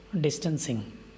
distancing